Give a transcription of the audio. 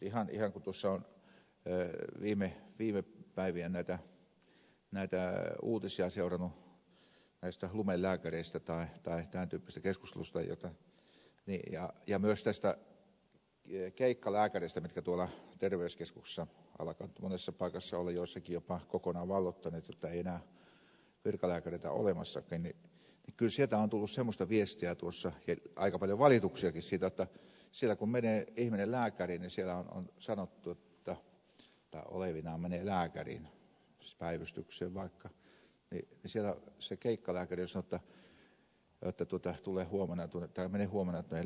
mutta kun tuossa on viime päivien uutisia seurannut näistä lumelääkäreistä tai tämän tyyppistä keskustelua ja myös näistä keikkalääkäreistä joita tuolla terveyskeskuksissa alkaa nyt monessa paikassa olla jossakin ovat jopa ne kokonaan valloittaneet jotta ei enää virkalääkäreitä ole olemassakaan niin kyllä sieltä on tullut semmoista viestiä ja aika paljon valituksiakin siitä jotta siellä kun menee ihminen lääkäriin tai olevinaan menee lääkäriin siis päivystykseen vaikka niin siellä se keikkalääkäri on sanonut jotta mene huomenna tuonne lääkärin vastaanotolle